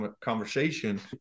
conversation